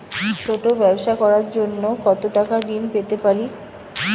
ছোট ব্যাবসা করার জন্য কতো টাকা ঋন পেতে পারি?